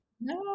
No